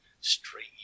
straight